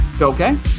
okay